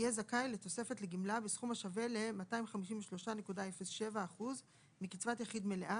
יהיה זכאי לתוספת לגמלה בסכום השווה ל- 253.07% מקצבת יחיד מלאה